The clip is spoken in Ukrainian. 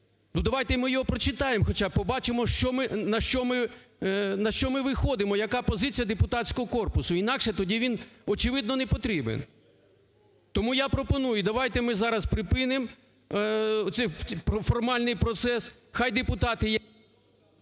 давайте ми його прочитаємо, хоча б побачимо, на що ми виходимо, яка позиція депутатського корпусу. Інакше він тоді очевидно непотрібен. Тому я пропоную, давайте ми зараз припинимо формальний процес. Хай депутати…